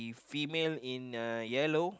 female in uh yellow